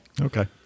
okay